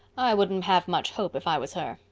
i wouldn't have much hope if i was her.